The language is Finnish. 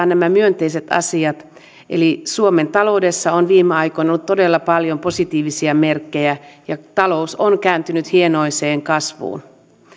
nämä myönteiset asiat eli suomen taloudessa on viime aikoina ollut todella paljon positiivisia merkkejä ja talous on kääntynyt hienoiseen kasvuun